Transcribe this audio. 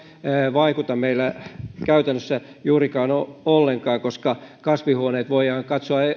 vaikuta meillä juuri ollenkaan koska kasvihuoneet voidaan katsoa